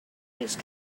use